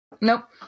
nope